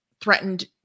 threatened